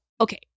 Okay